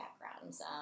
backgrounds